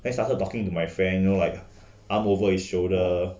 then started talking to my friend know like arm over his shoulder